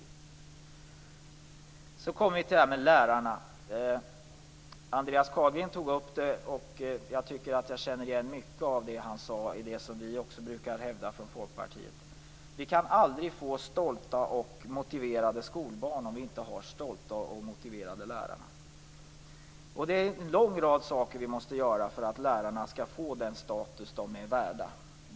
Jag kommer så till frågan om lärarna, som togs upp också av Andreas Carlgren. Jag tycker att jag känner igen mycket av det som han sade i det som också vi från Folkpartiet brukar hävda. Vi kan aldrig få stolta och motiverade skolbarn, om vi inte har stolta och motiverade lärare. Det är en lång rad saker vi måste göra för att lärarna skall få den status som de är värda.